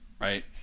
right